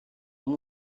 dans